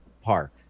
park